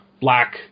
black